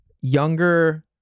younger